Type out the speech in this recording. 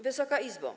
Wysoka Izbo!